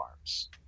arms